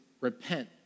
repent